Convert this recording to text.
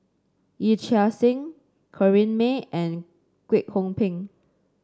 Yee Chia Hsing Corrinne May and Kwek Hong Png